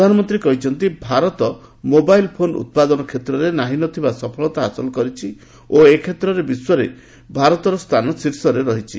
ପ୍ରଧାନମନ୍ତ୍ରୀ କହିଛନ୍ତି Bharat mobile phone ଉତ୍ପାଦନ କ୍ଷେତ୍ରରେ ନାହିଁନଥିବା ସଫଳତା ହାସଲ କରିଛି ଓ ଏ କ୍ଷେତ୍ରରେ ବିଶ୍ୱରେ ଭାରତର ସ୍ଥାନ ଶୀର୍ଷରେ ରହିଛି